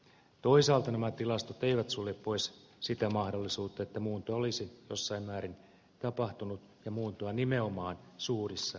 toisaalta nämä tilastot eivät sulje pois sitä mahdollisuutta että muuntoa olisi jossain määrin tapahtunut ja muuntoa nimenomaan suurissa tuloissa